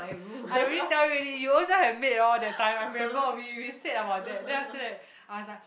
I already tell you already you ownself have maid lor that time I remember we we said about that then after that I was like